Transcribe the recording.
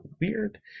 weird